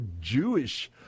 Jewish